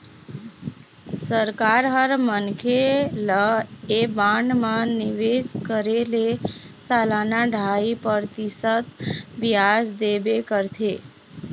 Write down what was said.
सरकार ह मनखे ल ऐ बांड म निवेश करे ले सलाना ढ़ाई परतिसत बियाज देबे करथे